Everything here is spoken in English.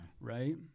right